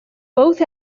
both